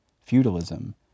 feudalism